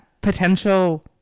potential